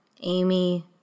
Amy